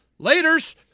Laters